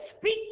speak